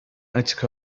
açık